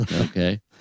Okay